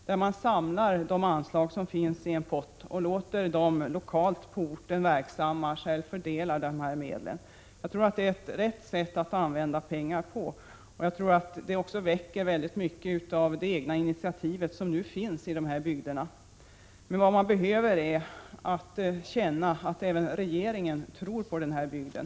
Där får man sedan samla de anslag som finns i en pott och låta de lokalt, alltså på orten, verksamma själva fördela medlen. Jag tror att det är att använda pengarna på rätt sätt. Jag tror också att det kommer att resultera i väldigt många egna initiativ — och sådana finns det i dessa bygder. Man behöver alltså känna att även regeringen tror på den här bygden.